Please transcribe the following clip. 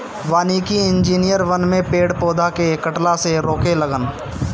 वानिकी इंजिनियर वन में पेड़ पौधा के कटला से रोके लन